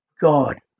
God